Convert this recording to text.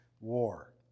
war